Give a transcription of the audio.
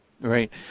Right